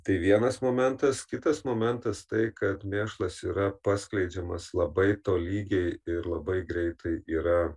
tai vienas momentas kitas momentas tai kad mėšlas yra paskleidžiamas labai tolygiai ir labai greitai yra